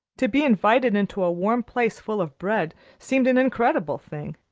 to be invited into a warm place full of bread seemed an incredible thing.